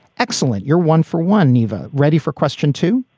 excellent. you're one for one nivea. ready for question two.